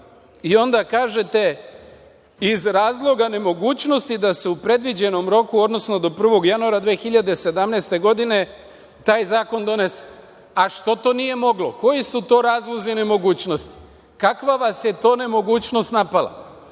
I onda kažete – iz razloga nemogućnosti da se u predviđenom roku, odnosno do 1. januara 2017. godine, taj zakon donese. A zašto to nije moglo? Koji su to razlozi nemogućnosti? Kakva vas je to nemogućnost napala?